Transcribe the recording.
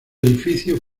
edificio